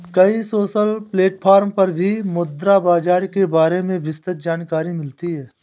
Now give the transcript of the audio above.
कई social platform पर भी मुद्रा बाजार के बारे में विस्तृत जानकरी मिलती है